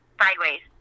sideways